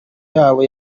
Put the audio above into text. yabo